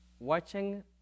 Watching